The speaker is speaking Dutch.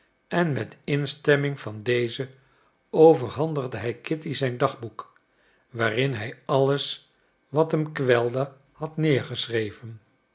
en met instemming van dezen overhandigde hij kitty zijn dagboek waarin hij alles wat hem kwelde had neergeschreven